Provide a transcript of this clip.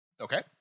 Okay